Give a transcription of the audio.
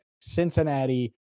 Cincinnati